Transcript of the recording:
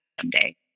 someday